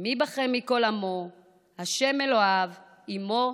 "מי בכם מכל עמו ה' אלוהיו עִמו ויעל".